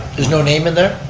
there's no name in there?